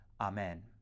Amen